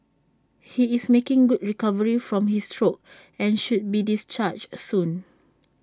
he is making good recovery from his stroke and should be discharged A soon